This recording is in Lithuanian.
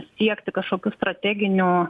siekti kažkokių strateginių